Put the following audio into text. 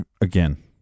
Again